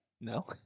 No